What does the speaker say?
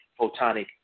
photonic